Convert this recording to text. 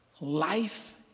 Life